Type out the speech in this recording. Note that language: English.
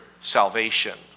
salvation